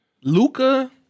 Luca